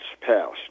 passed